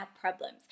problems